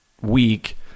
week